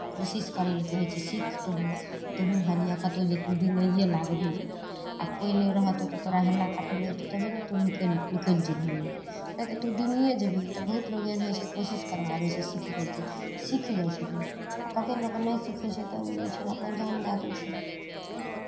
कोशिश करय लए कहै तऽ सीख तुहूँ तुहूँ हेलियै कतहु जे तू डुमैए लागबिही आ कोइ नहि रहतौ तऽ तोरा हेलला काटै लए अयतौ तऽ तबेरे तू निकलि निकलि जेबही नहि तऽ तू डुमिए जेबही तऽ बहुत लोक एहन होइ छै कोशिश करवाबै छै सिखबै छै सीख जाइ छै लोक आ कतेक लोक नहि सीखै छै तऽ ओ जे छै ने अपन जान दए दै छै